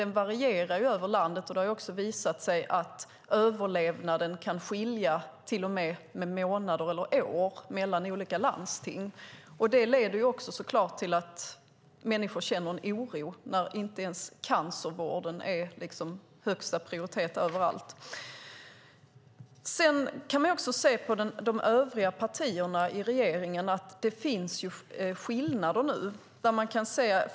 Den varierar över landet. Det har också visat sig att överlevnaden kan skilja med till och med månader och år mellan olika landsting. Det leder till att människor känner en oro när inte ens cancervården är högsta prioritet överallt. Man kan också se på de övriga partierna i regeringen att det nu finns skillnader.